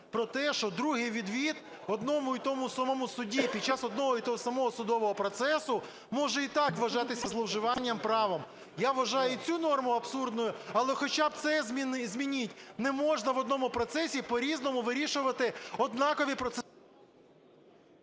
про те, що другий відвід одному і тому самому судді під час одного і того самого судового процесу може і так вважатися зловживанням правом. Я вважаю і цю норму абсурдною, але хоча б це змініть. Не можна в одному процесі по-різному вирішувати однакові…